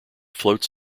floats